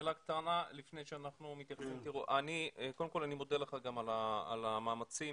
קודם אני מודה לך על המאמצים.